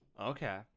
Okay